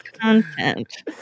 content